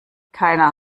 keiner